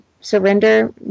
surrender